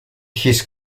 his